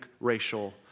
racial